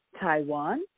Taiwan